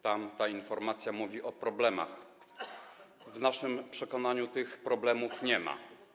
Tytuł tej informacji mówi o problemach, w naszym przekonaniu tych problemów nie ma.